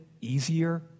easier